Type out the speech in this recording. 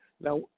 Now